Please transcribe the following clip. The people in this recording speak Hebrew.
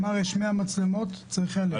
שיש מאה מצלמות ושצריך אלף.